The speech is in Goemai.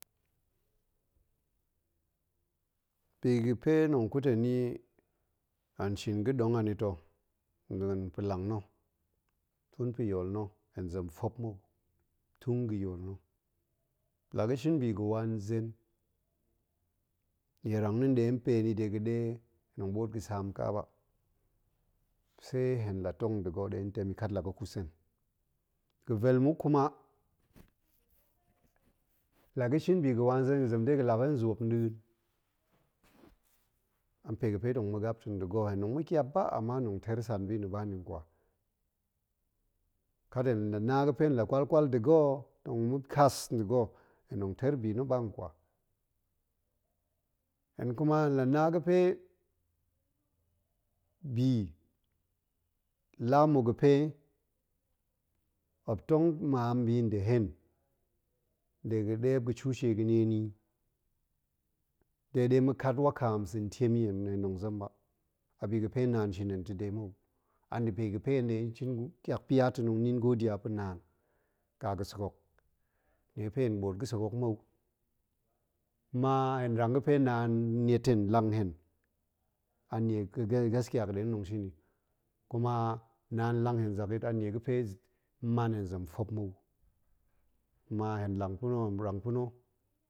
Bi ga̱ pe tong ƙut hen i hen shin ga̱ dong a ni to nɗin pa̱ lang na̱, tun pa̱ yool na̱ hen zem fop mou, tun ga̱ yool na̱. la ga̱ shin bi ga̱ wa nzen, nie rang na̱ ɗe pen i de ga̱ ɗe tong ɓoot ga̱ saam ƙa ba, se la tong da̱ ga̱ ɗe hen tem i, kat la ga̱ ƙus hen. ga̱ vel muk kuma, laga̱ shin bi ga̱ wa nzen, ga̱ zem de ga̱ lap hen zwop nɗin, a npe ga̱ fe tong ma̱ gap to nda̱ ga̱, tong ma̱ ƙiap ba, ama hen tong ter san bi na̱ ba ni nkwa kat hen la na ga̱ fe la kwal-kwal nda̱ ga̱, tong ma̱ kas nda̱ ga̱, hen tong ter bina̱ ba nkwa. hen kuma hen la na ga̱ pe, bi la muk ga̱ pe muop tong maam bi nda̱ hen de ga̱ ɗe muop ga̱ chushe ga̱ nie ni i de ɗe ma̱ kat wakam sa̱n tiem tong zem ba, a bi ga̱ fe naan shin hen ta̱ de mou. an da̱ pe ga̱ pe hen ɗe shin ƙiak pia ta̱ hen ɗe nin godiya pa̱ naan ƙa ga̱sek hok, nie ga̱ pe hen ɓoot ga̱sek hok mou, ma hen rang ga̱ fe naan niet hen, lang hen anie gasiya ga̱-ga̱ ɗe na̱ tong shin i, kuma naan lang hen zakyit a nie ga̱ pe man hen zem fop mou, kuma hen lang pa̱na̱, hen rang pa̱na̱.